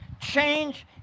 Change